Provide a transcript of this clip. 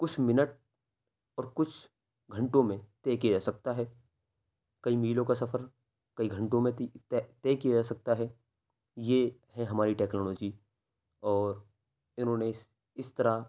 کچھ منٹ اور کچھ گھنٹوں میں طے کیا جا سکتا ہے کئی میلوں کا سفر کئی گھنٹوں میں طے کیا جا سکتا ہے یہ ہے ہماری ٹیکنالوجی اور انہوں نے اس اس طرح